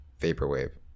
vaporwave